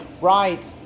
right